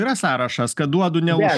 yra sąrašas kad duodu ne už